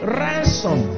ransom